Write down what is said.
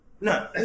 No